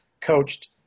coached